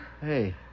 Hey